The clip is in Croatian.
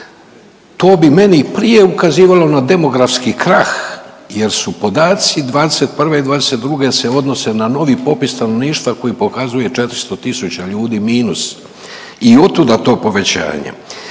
To bi meni prije ukazivalo na demografski krah, jer su podaci 2021. i 2022. se odnose na novi popis stanovništva koji pokazuje 400 tisuća ljudi minus i od tuda to povećanje.